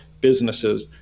businesses